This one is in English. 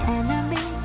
enemy